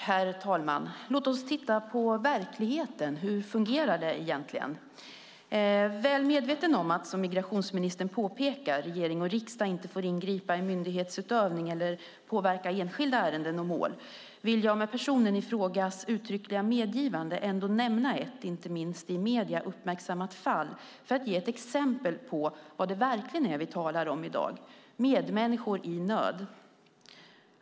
Herr talman! Låt oss titta på verkligheten. Hur fungerar det egentligen? Väl medveten om att, som migrationsministern påpekade, regering och riksdag inte får ingripa i myndighetsutövning eller påverka enskilda ärenden och mål vill jag med det uttryckliga medgivandet av personen i fråga ändå nämna ett, inte minst i medierna, uppmärksammat fall för att ge ett exempel på vad det verkligen är vi talar om i dag, medmänniskor i nöd.